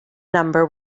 number